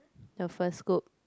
the first scoop